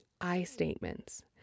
I-statements